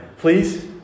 Please